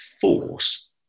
force